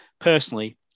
Personally